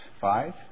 five